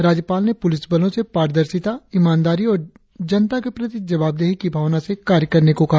राज्यपाल ने पुलिसबलों से पादर्षिता ईमानदारी और जनता के प्रति जवाबदेही की भावना से कार्य करने को कहा